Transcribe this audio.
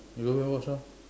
you go back and watch orh